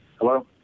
Hello